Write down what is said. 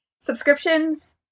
Subscriptions